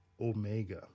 Omega